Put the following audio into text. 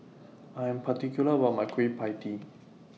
I Am particular about My Kueh PIE Tee